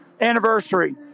anniversary